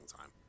time